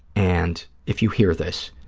and, if you hear this,